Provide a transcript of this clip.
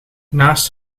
naast